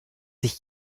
sich